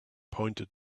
pointed